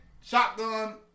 shotgun